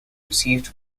received